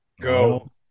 Go